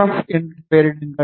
F என்று பெயரிடுங்கள்